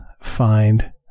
find